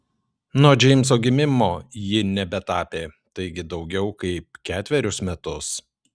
nuo džeimso gimimo ji nebetapė taigi daugiau kaip ketverius metus